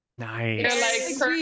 nice